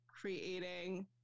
creating